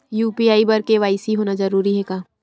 UPI बर KYC होना जरूरी हवय का?